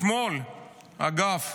אתמול, אגב,